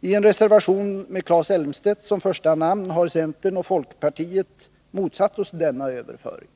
I en reservation med Claes Elmstedt som första namn har centern och folkpartiet motsatt sig denna överföring.